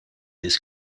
his